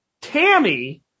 Tammy